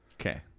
Okay